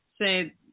say